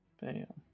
Bam